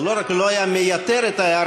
אז זה לא רק לא היה מייתר את ההערה,